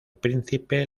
príncipe